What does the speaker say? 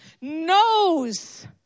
knows